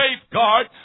safeguard